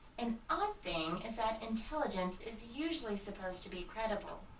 an odd thing is that intelligence is usually supposed to be creditable.